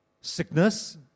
sickness